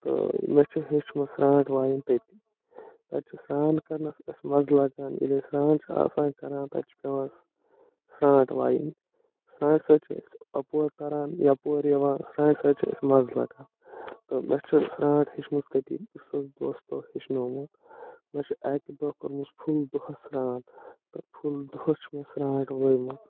تہٕ مےٚ چھِ ہٮ۪چھمٕژ سرانٛٹھ وایِن تٔتی تَتہِ چھِ سران کَرنَس مَزٕ لگان ییٚلہِ أسۍ سران چھِ آسان کران تَتہِ چھِ پٮ۪وان سرانٛٹھ وایِن سرانٹھِ سۭتۍ چھِ أسۍ اَپور تران یَپور یِوان سرانٛٹھِ سۭتۍ چھِ أسۍ مَزٕ لگان تہٕ مےٚ چھِ سرانٛٹھ ہٮ۪چھمٕژ تٔتی بہٕ اوسُس دۄستَو ہٮ۪چھنومُت مےٚ چھِ اَکہِ دۄہ کٔرمٕژ فُل دۄہَس سران تہٕ فُل دۄہَس چھِ مےٚ سرانٛٹھ وٲیِمٕژ